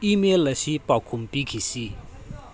email ꯑꯁꯤ ꯄꯥꯎꯈꯨꯝ ꯄꯤꯈꯤꯁꯤ